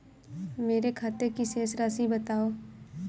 मेरे खाते की शेष राशि बताओ?